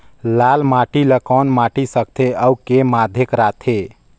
लाल माटी ला कौन माटी सकथे अउ के माधेक राथे?